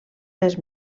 les